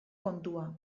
kontua